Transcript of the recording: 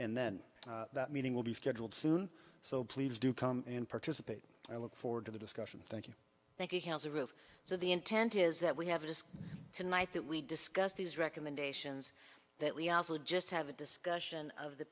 and then that meeting will be scheduled soon so please do come and participate i look forward to the discussion thank you thank you house if so the intent is that we have just tonight that we discuss these recommendations that we just have a discussion of the